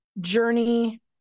journey